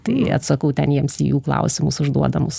tai atsakau ten jiems į jų klausimus užduodamous